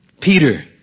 Peter